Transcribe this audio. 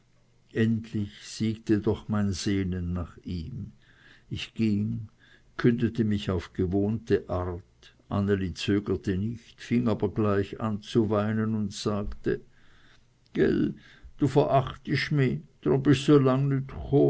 endlich siegte doch mein sehnen nach ihm ich ging kündete mich auf die gewohnte art anneli zögerte nicht fing aber gleich an zu weinen und sagte gäll du verachtisch mi drum bisch so lang